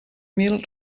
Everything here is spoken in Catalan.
mil